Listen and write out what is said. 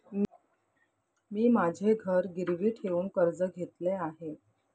मी माझे घर गिरवी ठेवून कर्ज घेतले आहे